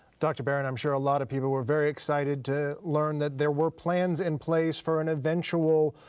dr. barron, i'm sure a lot of people were very excited to learn that there were plans in place for an eventual